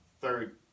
third